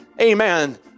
amen